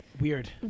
Weird